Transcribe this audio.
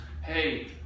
hey